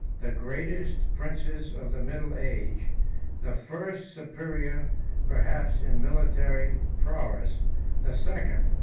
the greatest princes of the middle age the first, superior perhaps in military prowess the second,